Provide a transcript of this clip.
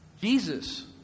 Jesus